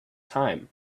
time